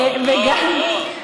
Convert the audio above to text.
לא, לא, לא.